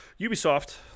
ubisoft